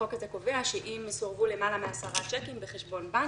החוק הזה קובע שאם סורבו למעלה מ-10 צ'קים בחשבון בנק,